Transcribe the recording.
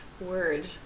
word